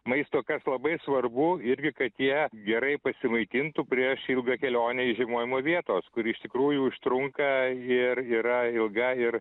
maisto kas labai svarbu irgi kad jie gerai pasimaitintų prieš ilgą kelionę į žiemojimo vietos kur iš tikrųjų užtrunka ir yra ilga ir